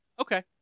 Okay